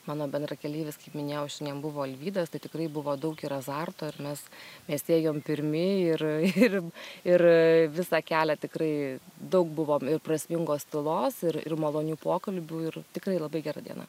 mano bendrakeleivis kaip minėjau šiandien buvo alvydas tai tikrai buvo daug ir azarto ar mes mes ėjom pirmi ir ir ir visą kelią tikrai daug buvom ir prasmingos tylos ir ir malonių pokalbių ir tikrai labai gera diena